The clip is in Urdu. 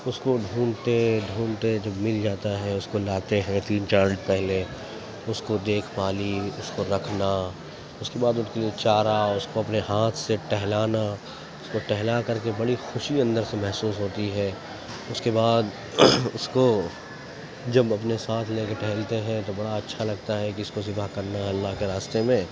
اس کو ڈھونڈتے ڈھونڈتے جب مل جاتا ہے اس کو لاتے ہیں تین چار دن پہلے اس کو دیکھ بھالی اس کو رکھنا اس کے بعد اس کے لیے چارہ اس کو اپنے ہاتھ سے ٹہلانا اس کو ٹہلا کر بڑی خوشی اندر سے محسوس ہوتی ہے اس کے بعد اس کو جب اپنے ساتھ لے کے ٹہلتے ہیں تو بڑا اچھا لگتا ہے کہ اس کو ذبح کرنا ہے اللہ کے راستے میں